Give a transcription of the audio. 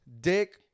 dick